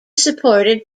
supported